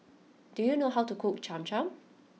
do you know how to cook Cham Cham